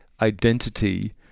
identity